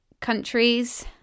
countries